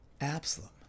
Absalom